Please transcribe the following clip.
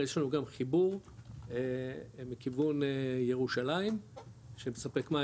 יש לנו חיבור מכיוון ירושלים שמספק מים